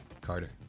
Carter